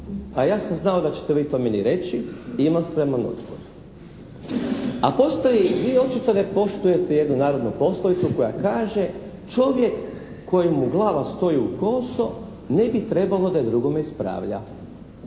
a ja sam znao da ćete vi to meni reći i imam spreman odgovor. A postoji, vi očito ne poštujete jednu narodnu poslovicu koja kaže "čovjek kojemu glava stoji u koso ne bi trebalo da drugome ispravlja".